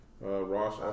Ross